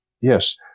Yes